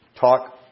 talk